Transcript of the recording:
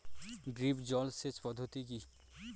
Drip জল সেচ পদ্ধতি কি?